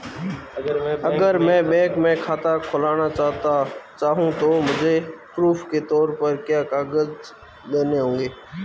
अगर मैं बैंक में खाता खुलाना चाहूं तो मुझे प्रूफ़ के तौर पर क्या क्या कागज़ देने होंगे?